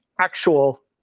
actual